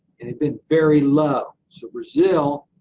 and had been very low. so brazil,